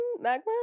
magma